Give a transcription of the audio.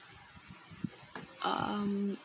um